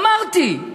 אמרתי,